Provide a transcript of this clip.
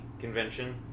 convention